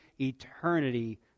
eternity